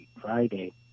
Friday